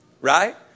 right